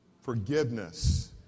forgiveness